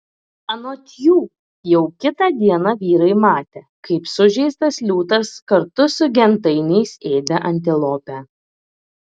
anot jų jau kitą dieną vyrai matė kaip sužeistas liūtas kartu su gentainiais ėdė antilopę